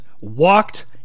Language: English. walked